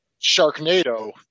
Sharknado